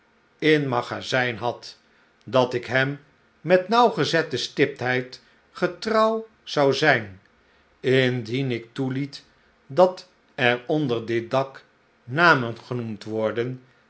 in magazijn had dat ik hem met nauwgezette stiptheid getrouw zou zijn indien ik toeliet dat er onder dit dak namen genoemd worden